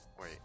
Wait